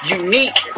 unique